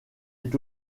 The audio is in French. est